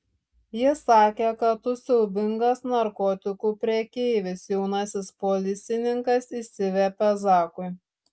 ji sakė kad tu siaubingas narkotikų prekeivis jaunasis policininkas išsiviepė zakui